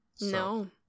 no